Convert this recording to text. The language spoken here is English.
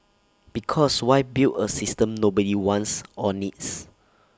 because why build A system nobody wants or needs